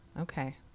Okay